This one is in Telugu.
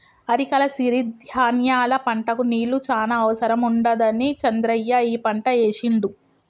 అరికల సిరి ధాన్యాల పంటకు నీళ్లు చాన అవసరం ఉండదని చంద్రయ్య ఈ పంట ఏశిండు